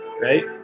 right